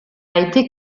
été